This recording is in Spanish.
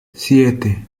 siete